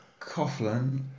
Coughlin